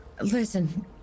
Listen